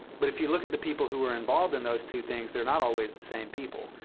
but if you look at the people who were involved in those two things, they're not always the same people.